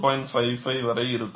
55 வரை இருக்கும்